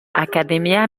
academia